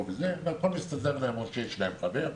והכול מסתדר להם, או שיש להם חבר.